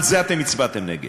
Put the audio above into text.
על זה אתם הצבעתם נגד.